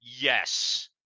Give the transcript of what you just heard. Yes